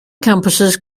campuses